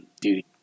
Dude